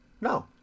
No